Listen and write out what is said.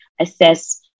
assess